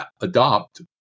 adopt